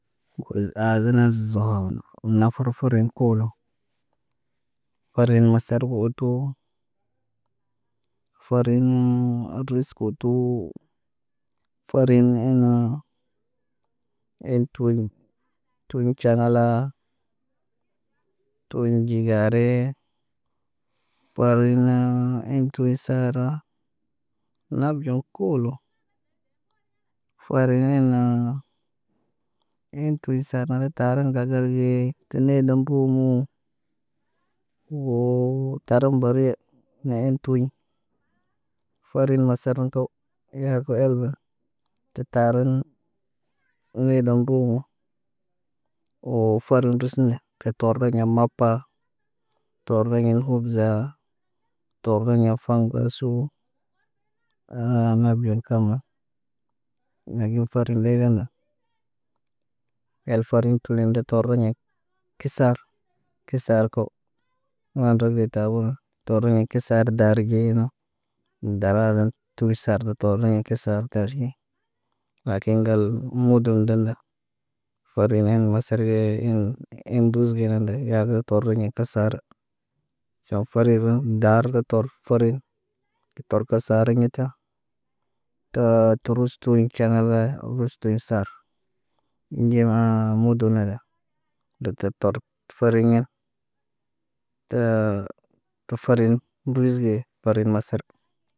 aazine zohom nafurforen koolo. Karin masarif utu farin ris kutu farin inoo en tuulu. Tulu caŋgala tuɲ ɟgarii ɓariɲ naa in tur saara nab ɟo kuulu. Farin en naa in tur sar nana tarən gagar ge tə neelem mbuumuu. Woo tarum mberee neen tuɲ. Farin masari kaw. Yaako el ben. Tə tariɲ nee dan ŋguumu. Woo farin ris ne. Katorda ɲa mapa, tordeɲa na khubza, tordeɲa faŋgasuu, aaa nab gen kaamal. Lakin farin ɗee ge ma yal farin tulẽnde torde ɲen Kisar, kisar ko. Wando ge tabuno torine kisar daarige nõ. Dara zan tum saardə to tooleɲa ki sard tarɟi. Lakin ŋgal mudun dolda. Farin yen masari ye in duz gene nde yaagə tordo ne kə saada. ɟaw fari gen daar da tor ferin torka saadiɲ ɲita. Too turus tu canaga, rustun sar. Nɟemaa mudun naga. Dəga tar fariɲa taa tafariɲ ris ge, farin masar.